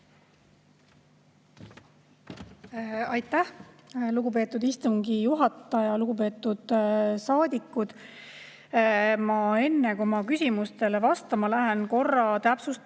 Aitäh, lugupeetud istungi juhataja! Lugupeetud saadikud! Enne, kui ma küsimustele vastan, ma korra täpsustan